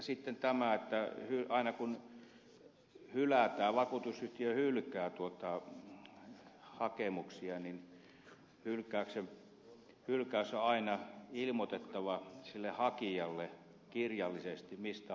sitten tämä että aina kun vakuutusyhtiö hylkää hakemuksia niin on aina ilmoitettava hakijalle kirjallisesti mistä hylkäyksessä on ollut kyse